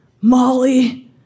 Molly